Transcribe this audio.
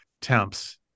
temps